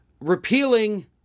repealing